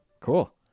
cool